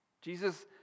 Jesus